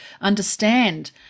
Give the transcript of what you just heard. understand